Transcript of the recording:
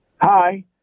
Hi